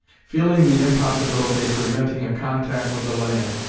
feeling the impossibility of preventing a contact with the land,